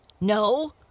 No